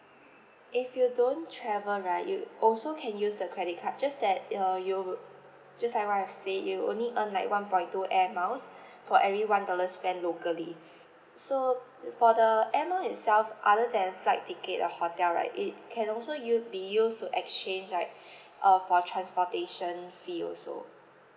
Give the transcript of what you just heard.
if you don't travel right you also can use the credit card just that your you will just like what I've said you will only earn like one point two air miles for every one dollar spend locally so f~ the for the air mile itself other than flight ticket and hotel right it can also u~ be used to exchange like uh for transportation fee also